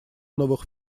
новых